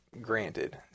granted